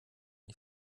die